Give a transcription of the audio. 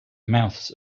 mouths